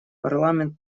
парламент